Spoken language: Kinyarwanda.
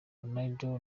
ronaldo